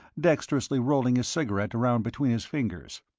dexterously rolling his cigarette around between his fingers.